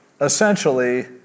essentially